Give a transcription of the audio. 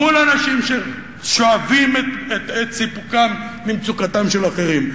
מול אנשים ששואבים את סיפוקם ממצוקתם של אחרים.